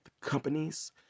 companies